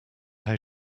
how